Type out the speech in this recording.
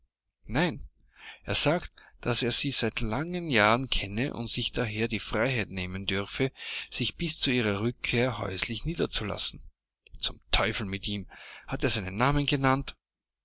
nein er sagte daß er sie seit langen jahren kenne und sich daher die freiheit nehmen dürfe sich bis zu ihrer rückkehr häuslich niederzulassen zum teufel mit ihm hat er seinen namen genannt